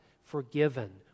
forgiven